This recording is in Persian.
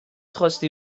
خواستی